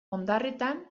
ondarretan